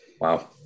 Wow